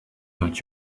that